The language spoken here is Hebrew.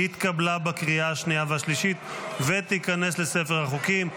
התקבלה בקריאה השנייה והשלישית ותיכנס לספר החוקים.